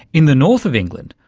in the north of england,